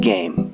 Game